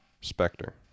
Spectre